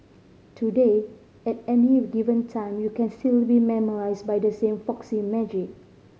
today at any given time you can still be memorise by the same folksy magic